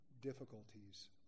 difficulties